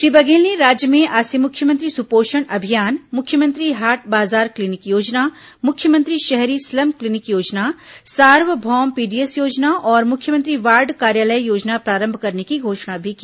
श्री बघेल ने राज्य में आज से मुख्यमंत्री सुपोषण अभियान मुख्यमंत्री हाट बाजार क्लीनिक योजना मुख्यमंत्री शहरी स्लम क्लीनिक योजना सार्वभौम पीडीएस योजना और मुख्यमंत्री वार्ड कार्यालय योजना प्रारंभ करने की घोषणा भी की